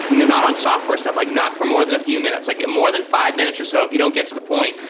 you know not on software stuff, like not for more than a few minutes. like more than fi ve minutes or so, if you don't get to the point,